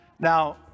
Now